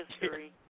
history